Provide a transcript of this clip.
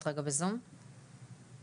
באמת אפשר לתת לכולם פה לדבר,